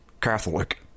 Catholic